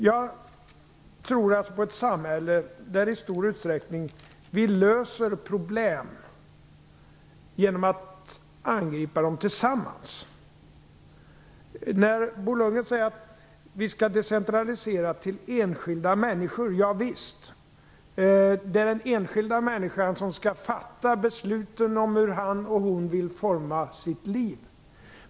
Jag tror alltså på ett samhälle, där vi i stor utsträckning löser problem genom att angripa dem tillsammans. Bo Lundgren säger att vi skall decentralisera till enskilda människor. Javisst, det är den enskilda människan som skall fatta besluten om hur han och hon vill forma sina liv.